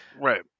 right